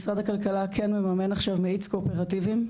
משרד הכלכלה כן מקיים מאיץ קואופרטיבים,